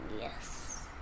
yes